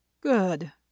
Good